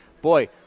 boy